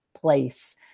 place